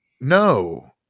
No